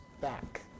back